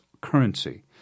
currency